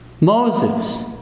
Moses